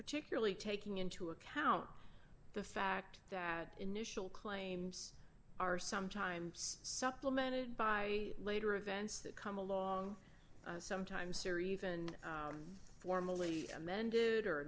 particularly taking into account the fact that initial claims are sometimes supplemented by later events that come along sometimes sciri even formally amended or